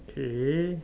okay